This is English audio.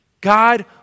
God